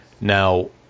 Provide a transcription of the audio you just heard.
Now